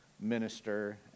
minister